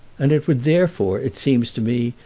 and it would therefore, it seems to me,